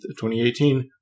2018